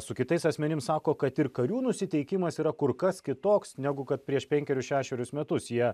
su kitais asmenim sako kad ir karių nusiteikimas yra kur kas kitoks negu kad prieš penkerius šešerius metus jie